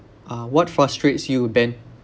uh what frustrates you ben